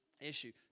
issue